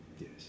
Yes